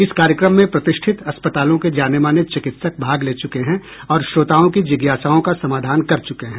इस कार्यक्रम में प्रतिष्ठित अस्पतालों के जाने माने चिकित्सक भाग ले चुके हैं और श्रोताओं की जिज्ञासाओं का समाधान कर चुके हैं